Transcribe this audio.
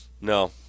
No